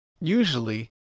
Usually